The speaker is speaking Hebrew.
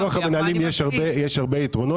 אז לביטוח המנהלים יש הרבה יתרונות.